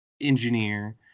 engineer